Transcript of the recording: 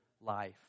life